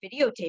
videotaping